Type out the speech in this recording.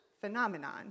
phenomenon